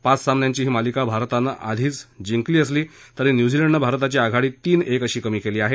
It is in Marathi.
पाच सामन्यांची ही मालिका भारतानं आधीच जिंकली असली तरी न्यूझीलंडनं भारताची आघाडी तीन एक अशी कमी केली आहे